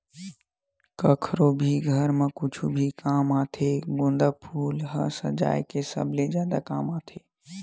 कखरो भी घर म कुछु भी काम आथे गोंदा फूल ह सजाय के सबले जादा काम आथे